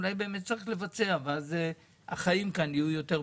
אולי באמת צריך לבצע ואז החיים כאן יהיו יותר פשוטים.